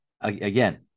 again